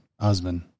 husband